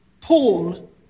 Paul